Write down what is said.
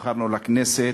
שנבחרנו לכנסת,